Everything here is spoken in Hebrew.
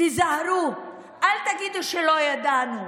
תיזהרו, אל תגידו לא ידענו.